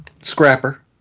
Scrapper